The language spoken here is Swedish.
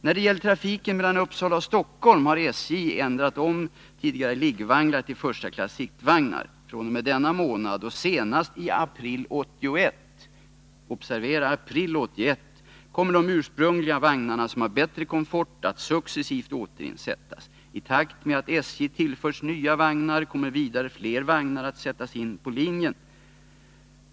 När det gäller trafiken mellan Uppsala och Stockholm har SJ ändrat om tidigare liggvagnar till 1 klass sittvagnar. fr.o.m. denna månad och senast i april 1981” — observera: april 1981 —””kommer de ursprungliga vagnarna som har bättre komfort att successivt återinsättas. I takt med att SJ tillförs nya vagnar kommer vidare fler vagnar att sättas in på linjen.